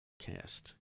Cast